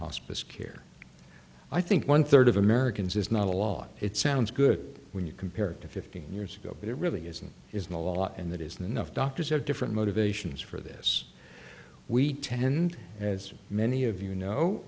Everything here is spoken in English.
hospice care i think one third of americans is not a lot it sounds good when you compare it to fifteen years ago but it really isn't isn't a lot and that isn't enough doctors have different motivations for this we tend as many of you know